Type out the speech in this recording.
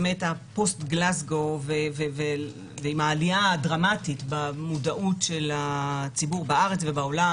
הפוסט-גלזגו ועם העלייה הדרמטית במודעות של הציבור בארץ ובעולם,